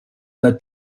dal